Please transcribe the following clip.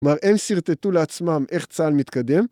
כלומר הם שרטטו לעצמם איך צהל מתקדם